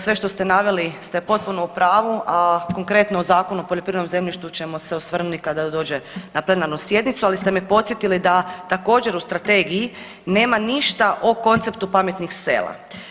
Sve što ste naveli ste potpuno u pravu, a konkretno u Zakonu o poljoprivrednom zemljištu ćemo se osvrnuti kad dođe na plenarnu sjednicu, ali ste me podsjetili da također, u Strategiji nema ništa o konceptu pametnih sela.